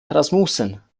rasmussen